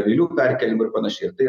avilių perkėlimu ir panašiai ir tai